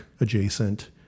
adjacent